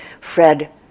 Fred